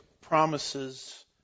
promises